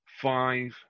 five